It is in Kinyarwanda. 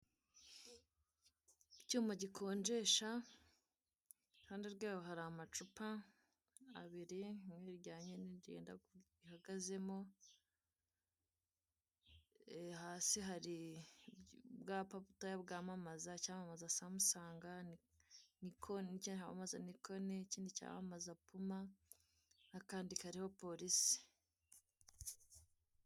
Icyuma gikonjesha iruhande rwaho hari amacupa abiri rimwe rya Nil rihagazemo, hasi hari ubwapa butoya bwamamaza icyamamaza Samsung, Nikon n'icyamamaza Nikon n'akandi kariho polisi.